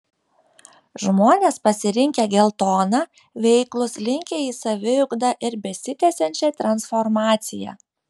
žmones pasirinkę geltoną veiklūs linkę į saviugdą ir besitęsiančią transformaciją